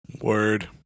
Word